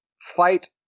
fight